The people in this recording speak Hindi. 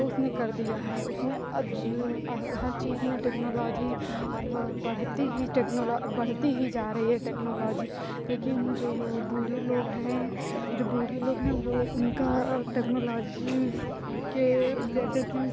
उसने कर दिया है उसने आज हर चीज में टेक्नोलॉजी और वह बढ़ती ही टेक्नोलॉजी बढ़ती ही जा रही है टेक्नोलॉजी लेकिन जो बूढ़े लोग हैं जो बूढ़े लोग हैं वो उनका टेक्नोलॉजी के जैसे कि